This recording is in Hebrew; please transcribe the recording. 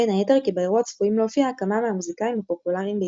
בין היתר כי באירוע צפויים להופיע כמה מהמוזיקאים הפופולריים בישראל.